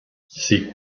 ses